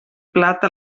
plata